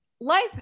Life